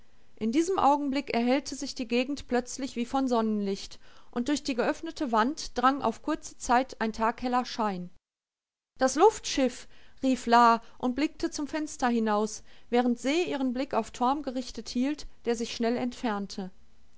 in diesem augenblick erhellte sich die gegend plötzlich wie von sonnenlicht und durch die geöffnete wand drang auf kurze zeit ein tagheller schein das luftschiff rief la und blickte zum fenster hinaus während se ihren blick auf torm gerichtet hielt der sich schnell entfernte